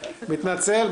מתנצל,